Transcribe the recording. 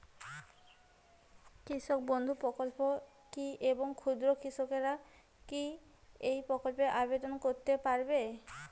কৃষক বন্ধু প্রকল্প কী এবং ক্ষুদ্র কৃষকেরা কী এই প্রকল্পে আবেদন করতে পারবে?